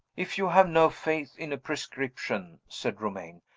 if you have no faith in a prescription, said romayne,